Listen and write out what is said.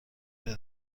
داری